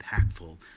impactful